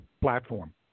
platform